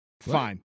Fine